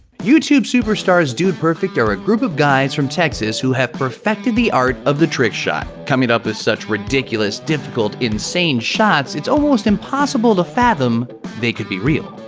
youtube superstars dude perfect are a group of guys from texas who have perfected the art of the trick shot, coming up with such ridiculous, difficult, insane shots, it's almost impossible to fathom they could be real.